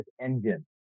engine